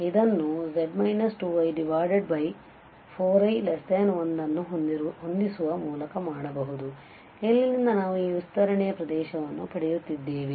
ಆದ್ದರಿಂದ ಇದನ್ನುz 2i4i1 ಅನ್ನು ಹೊಂದಿಸುವ ಮೂಲಕ ಮಾಡಬಹುದು ಮತ್ತು ಇಲ್ಲಿಂದ ನಾವು ಈ ವಿಸ್ತರಣೆಯ ಪ್ರದೇಶವನ್ನು ಪಡೆಯುತ್ತಿದ್ದೇವೆ